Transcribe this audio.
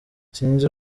sinzi